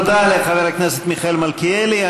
תודה לחבר הכנסת מיכאל מלכיאלי.